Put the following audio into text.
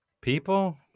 people